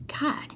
God